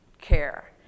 care